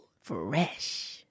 Fresh